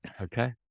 Okay